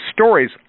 stories